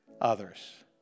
others